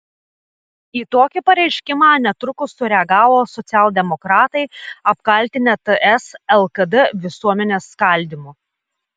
į tokį pareiškimą netrukus sureagavo socialdemokratai apkaltinę ts lkd visuomenės skaldymu